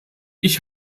ich